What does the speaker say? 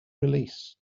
release